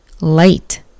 light